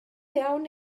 iawn